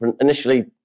initially